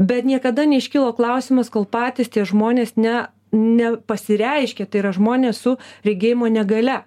bet niekada neiškilo klausimas kol patys tie žmonės ne ne pasireiškė tai yra žmonės su regėjimo negalia